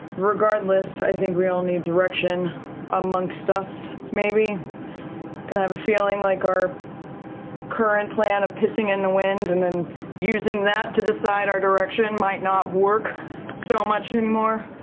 regardless, i think we all need direction amongst us, maybe. kind of have a feeling like our current plan of pissing in the wind and then using that to decide our direction might not work so much yeah anymore.